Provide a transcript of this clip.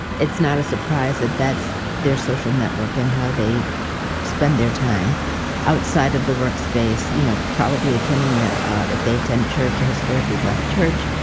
it's not a surprise that that's their social network and how they spend their time outside of the workspace you know, probably attending, ah if they attend church, a historically black church.